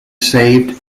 saved